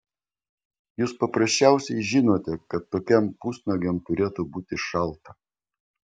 jūs paprasčiausiai žinote kad tokiam pusnuogiam turėtų būti šalta